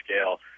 scale